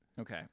Okay